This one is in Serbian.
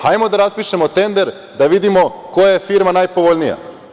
Hajde da raspišemo tender, da vidimo koja je firma najpovoljnija.